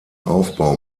aufbau